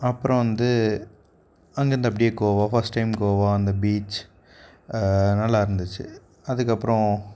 அப்புறம் வந்து அங்கேயிருந்து அப்படியே கோவா ஃபஸ்ட் டைம் கோவா அந்த பீச் நல்லா இருந்துச்சு அதுக்கப்புறம்